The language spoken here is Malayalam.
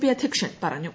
പി അധ്യക്ഷൻ പ്രാഞ്ഞു